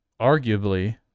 arguably